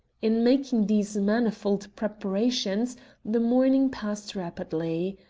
in making these manifold preparations the morning passed rapidly.